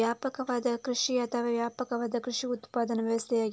ವ್ಯಾಪಕವಾದ ಕೃಷಿ ಅಥವಾ ವ್ಯಾಪಕವಾದ ಕೃಷಿ ಉತ್ಪಾದನಾ ವ್ಯವಸ್ಥೆಯಾಗಿದೆ